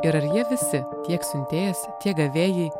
ir ar jie visi tiek siuntėjas tiek gavėjai